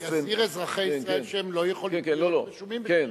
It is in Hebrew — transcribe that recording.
זה גם יזהיר אזרחי ישראל שהם לא יכולים להיות רשומים בשתי מפלגות.